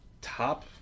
top